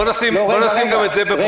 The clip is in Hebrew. אולי 15%. אין לנו מושג באמת.